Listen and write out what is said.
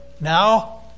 now